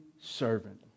servant